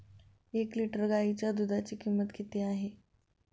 एक लिटर गाईच्या दुधाची किंमत किती आहे?